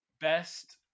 Best